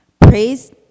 Praise